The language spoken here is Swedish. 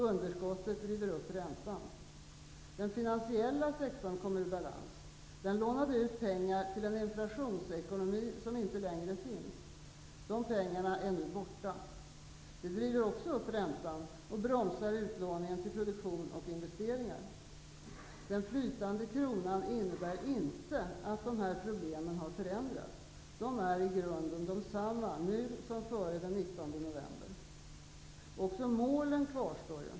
Underskottet driver upp räntan. Den finansiella sektorn kom ur balans. Den lånade ut pengar till en inflationsekonomi som inte längre finns. De pengarna är nu borta. Det driver också upp räntan och bromsar utlåningen till produktion och investeringar. Den flytande kronan innebär inte att dessa problem har förändrats. De är i grunden desamma nu som före den 19 november. Också målen kvarstår.